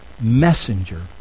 messenger